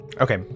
Okay